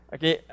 Okay